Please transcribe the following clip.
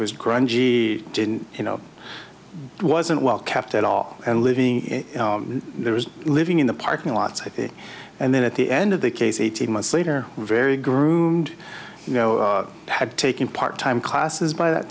was grungy you know wasn't well kept at all and living there was living in the parking lot and then at the end of the case eighteen months later very groomed you know had taken part time classes by that